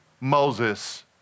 Moses